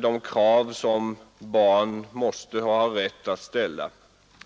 de krav som barnen måste ha rätt att ställa.